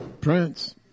Prince